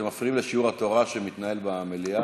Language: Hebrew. אתם מפריעים לשיעור התורה שמתנהל במליאה.